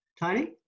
Tony